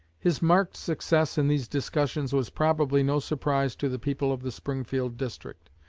his marked success in these discussions was probably no surprise to the people of the springfield district,